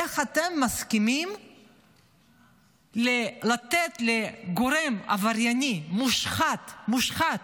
איך אתם מסכימים לתת לגורם עברייני מושחת, מושחת,